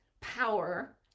power